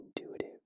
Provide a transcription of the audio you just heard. intuitive